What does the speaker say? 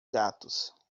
gatos